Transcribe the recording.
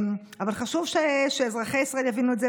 אבל חשוב שאזרחי ישראל יבינו את זה,